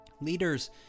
Leaders